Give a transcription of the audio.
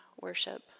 worship